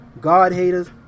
God-haters